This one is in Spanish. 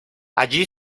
allí